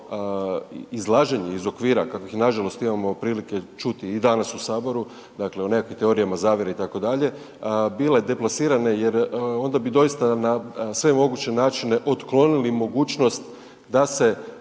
izlaženje iz okvira, kakvih nažalost imamo prilike čuti i danas u Saboru, dakle o nekakvim teorijama zavjere, itd., bile deplasirane jer onda bi doista na sve moguće načine otklonili mogućnost da se